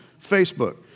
Facebook